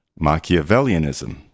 Machiavellianism